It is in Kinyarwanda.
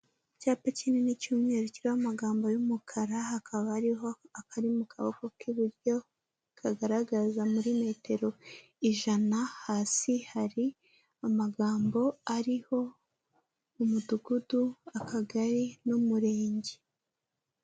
Icyapa kinini cy'umweru kiho amagambo y'umukara, hakaba hariho akari mu kaboko k'iburyo kagaragaza muri metero ijana. Hasi hari amagambo ariho umudugudu, akagari n'umurenge.